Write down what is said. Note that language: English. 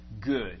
good